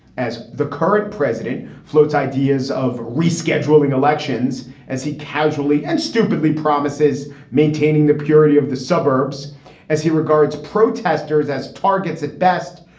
as the current president floats ideas of rescheduling elections as he casually and stupidly promises maintaining the purity of the suburbs as he regards protesters as targets at best,